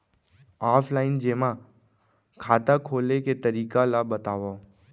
Offline जेमा खाता खोले के तरीका ल बतावव?